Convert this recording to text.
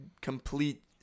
complete